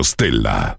Stella